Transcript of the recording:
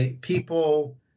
people